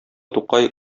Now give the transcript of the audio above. тукай